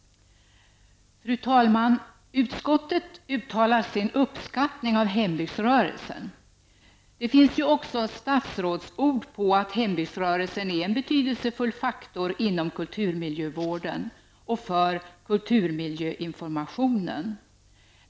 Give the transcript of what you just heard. Fru talman! Utskottet uttalar sin uppskattning av hembygdsrörelsen. Det finns också statsrådsord på att hembygdsrörelsen är en betydelsefull faktor inom kulturmiljövården och för kulturmiljöinformationen.